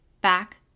back